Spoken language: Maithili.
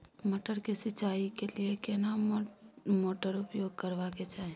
मटर के सिंचाई के लिये केना मोटर उपयोग करबा के चाही?